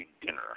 dinner